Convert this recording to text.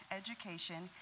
education